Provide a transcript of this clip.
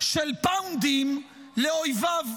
של פאונדים לאויביו,